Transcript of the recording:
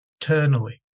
eternally